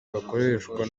gakoreshwa